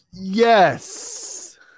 yes